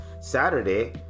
Saturday